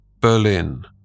Berlin